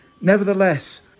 nevertheless